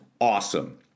awesome